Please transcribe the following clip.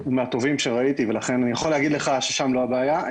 הוא מהטובים שראיתי ולכן אני יכול להגיד לך ששם לא הבעיה.